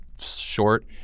short